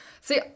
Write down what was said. see